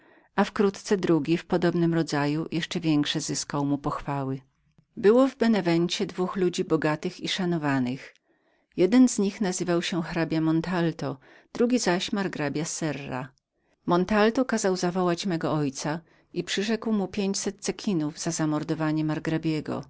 zaszczytu wkrótce jednak drugi w podobnym rodzaju równe zyskał mu pochwały było w benewencie dwóch ludzi bogatych i w znaczeniu jeden z nich nazywał się hrabia montalto drugi zaś margrabia serra serra montalto kazał zawołać mego ojca i przyrzekł mu pięćset cekinów za zamordowanie